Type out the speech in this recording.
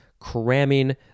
cramming